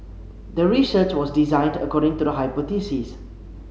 the research was designed according to the hypothesis